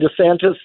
DeSantis